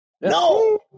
No